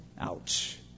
Ouch